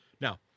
Now